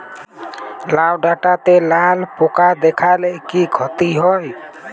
লাউ ডাটাতে লালা পোকা দেখালে কি ক্ষতি হয়?